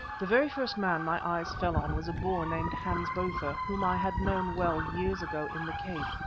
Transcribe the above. the very first man my eyes fell on was a boer named hans botha, whom i had known well years ago in the cape.